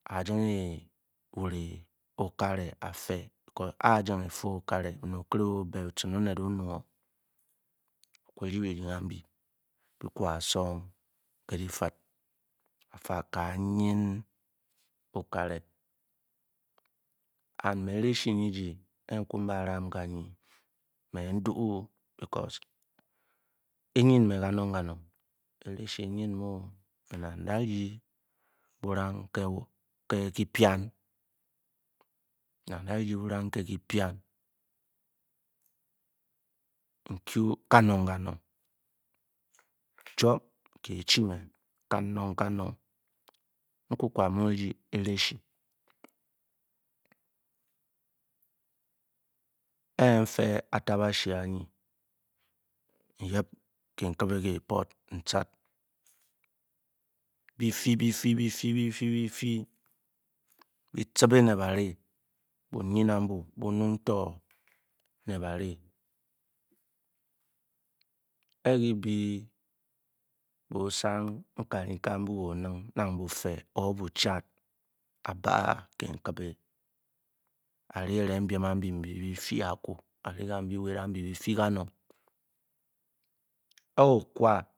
Argan e wolly unkale ofe le becor ar'gar fe inkale onel ohele ofin o'nel onuk oh odibadin kabi okua song ke le fel tig ka yen oquale and mele la shi inge inge